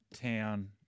town